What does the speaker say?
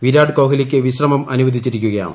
വിരാട് കോഹ്ലിയ്ക്ക് വിശ്രമമനുവദിച്ചിരിക്കുകയാണ്